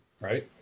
right